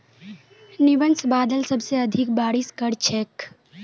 nimbus बादल सबसे अधिक बारिश कर छेक